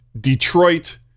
Detroit